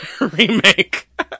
remake